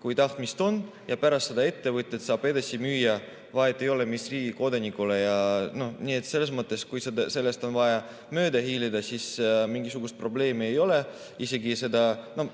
kui tahtmist on, ja pärast saab ettevõte need edasi müüa, vahet ei ole, mis riigi kodanikule. Nii et selles mõttes, kui sellest on vaja mööda hiilida, siis mingisugust probleemi ei ole. Ma ütleksin